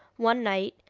one night,